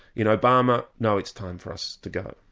in obama no, it's time for us to go.